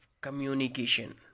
communication